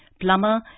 plumber